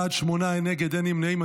בעד, שמונה, אין נגד, אין נמנעים.